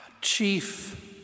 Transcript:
chief